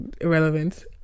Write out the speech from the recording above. irrelevant